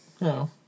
No